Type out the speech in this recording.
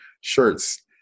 shirts